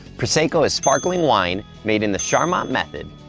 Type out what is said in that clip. prosecco is sparkling wine made in the charmat method,